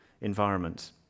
environment